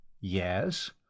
Yes